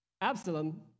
Absalom